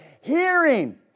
Hearing